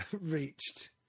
reached